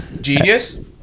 genius